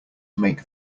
make